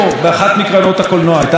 והיום היא אחת מקרנות הקולנוע.